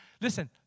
Listen